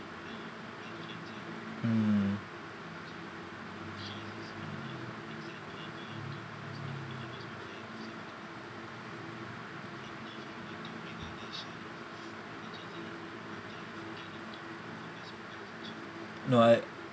mm no I